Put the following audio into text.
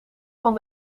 van